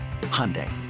Hyundai